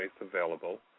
available